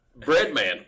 Breadman